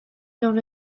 known